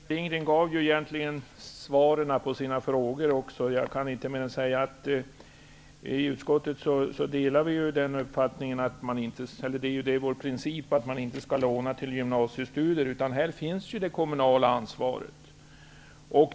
Herr talman! Sylvia Lindgren lämnade ju egentligen också svaren på sina frågor. Jag kan inte säga mer än att det är utskottets princip att man inte skall låna till gymnasiestudier -- här finns ju det kommunala ansvaret.